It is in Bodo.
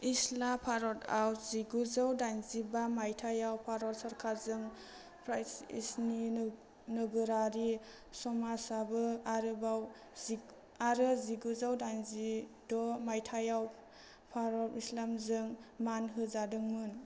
इस्ला भारतआव जिगुजौ दाइनजिबा मायथाइयाव भारत सरकारजों प्राइज इसनि नोगोरारि समाजाबो आरोबाव आरो जिगुजौ दाइनजिद' मायथाइआव भारत इस्लामजों मान होजादोंमोन